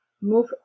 move